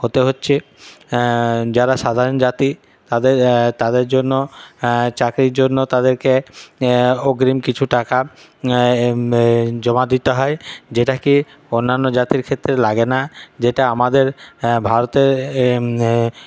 হতে হচ্ছে যারা সাধারণ জাতি তাদের তাদের জন্য চাকরির জন্য তাদেরকে অগ্রিম কিছু টাকা জমা দিতে হয় যেটাকে অন্যান্য জাতির ক্ষেত্রে লাগে না যেটা আমাদের ভারতের